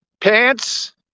pants